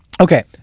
okay